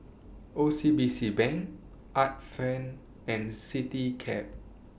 O C B C Bank Art Friend and Citycab